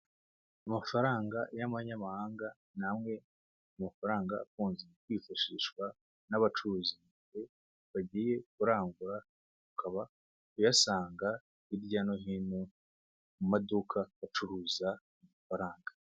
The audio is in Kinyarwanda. Amafaranga y'amanyamahanga ni amwe mu mafaranga akunze kwifashishwa n'abacuruzi bagiye kurangura ukaba uyasanga hirya no hino mu maduka acuruza amafaranga.